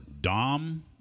dom